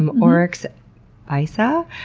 um oryx beisa,